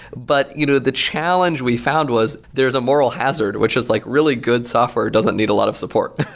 but you know the challenge we found was there's a moral hazard, which is like really good software doesn't need a lot of support.